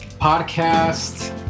podcast